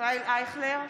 ישראל אייכלר,